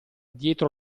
dietro